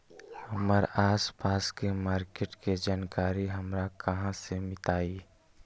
हमर आसपास के मार्किट के जानकारी हमरा कहाँ से मिताई?